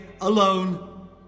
alone